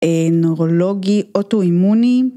נוירולוגי אוטואימוני